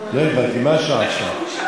לא הבנתי, מה השעה עכשיו?